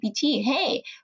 hey